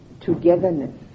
togetherness